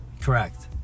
Correct